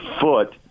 foot